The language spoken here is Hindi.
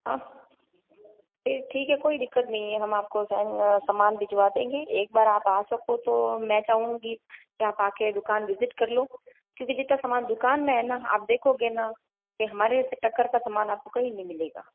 हाँ फिर ठीक है कोई दिक्कत नहीं है हम आपको सामान भिजवा देंगे एक बार आप आ सको तो मैं चाहूंगी कि आप आके दुकान विज़िट कर लो क्योंकि जितना सामान दुकान में है ना आप देखोगे ना कि हमारे से टक्कर का सामान आपको कहीं नहीं मिलेगा